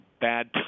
bad